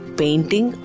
painting